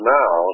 now